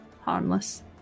harmless